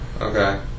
Okay